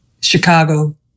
Chicago